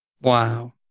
Wow